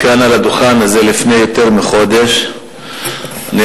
לפני יותר מחודש אמרתי כאן,